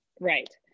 Right